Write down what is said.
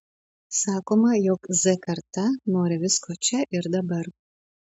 sakoma jog z karta nori visko čia ir dabar